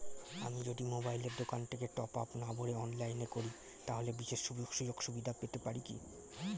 আমি যদি মোবাইলের দোকান থেকে টপআপ না ভরে অনলাইনে করি তাহলে বিশেষ সুযোগসুবিধা পেতে পারি কি?